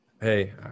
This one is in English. Hey